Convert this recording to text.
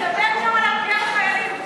תדבר גם על הפגיעה בחיילים.